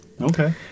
Okay